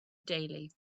daily